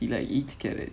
he like eat carrots